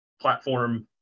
platform